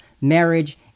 marriage